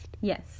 Yes